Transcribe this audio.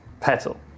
Petal